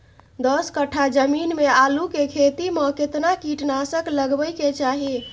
दस कट्ठा जमीन में आलू के खेती म केतना कीट नासक लगबै के चाही?